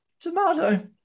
tomato